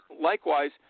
likewise